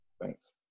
thanks